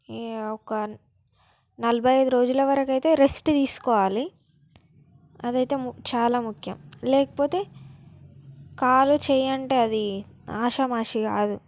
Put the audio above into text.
ఈ ఒక నలభై అయిదు రోజుల వరకు అయితే రెస్ట్ తీసుకోవాలి అది అయితే ము చాలా ముఖ్యం లేకపోతే కాలు చెయ్యి అంటే అది ఆషామాషి కాదు